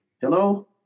hello